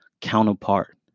counterpart